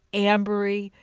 ambery,